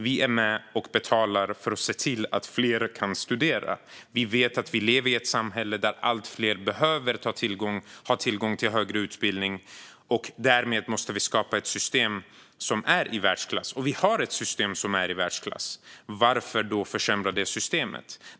Vi är med och betalar för att fler ska kunna studera. Vi lever i ett samhälle där allt fler behöver få tillgång till högre utbildning, och därmed måste vi skapa ett system som är i världsklass. Det har vi i dag, så varför försämra det?